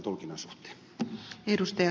arvoisa puhemies